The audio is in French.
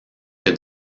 que